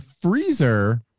freezer